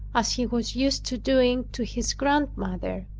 as he was used to doing to his grandmother.